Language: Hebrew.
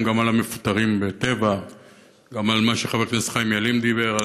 גם על המפוטרים בטבע וגם על מה שחבר הכנסת חיים ילין דיבר,